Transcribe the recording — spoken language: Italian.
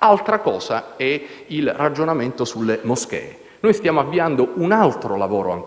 Altra cosa è il ragionamento sulle moschee. Noi stiamo avviando ancora un altro lavoro,